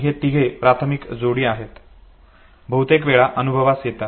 हे तिघे प्राथमिक जोडी आहेत आणि बहुतेकवेळा अनुभवास येतात